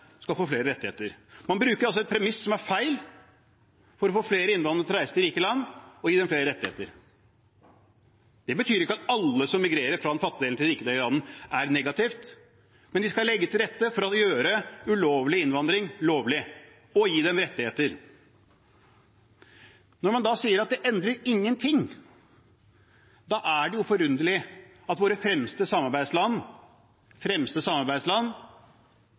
skal derfor legges til rette for å gjøre mer innvandring lovlig og for å gi innvandrerne flere rettigheter. Man bruker altså et premiss som er feil, for å få flere innvandrere til å reise til rike land og gi dem flere rettigheter. Det betyr ikke at all migrasjon fra den fattige delen til den rike delen av verden er negativ, men de legger til rette for å gjøre ulovlig innvandring lovlig og å gi dem rettigheter. Når man da sier at det endrer ingenting, er det forunderlig